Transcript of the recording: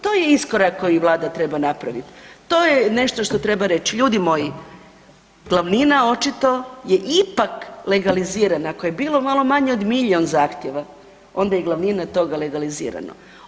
To je iskorak koji Vlada treba napraviti. to je nešto što treba reći, ljudi moji, glavnina očito je ipak legalizirana, ako je bilo malo manje od milijun zahtjeva, onda je glavnina toga legalizirano.